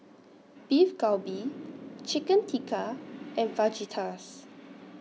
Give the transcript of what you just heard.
Beef Galbi Chicken Tikka and Fajitas